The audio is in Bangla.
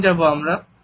কখন যাব আমরা